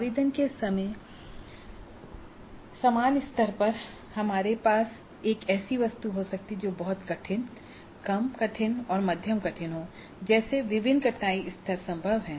आवेदन के समान स्तर पर हमारे पास एक ऐसी वस्तु हो सकती है जो बहुत कठिन कम कठिन मध्यम कठिन हो जैसे विभिन्न कठिनाई स्तर संभव हैं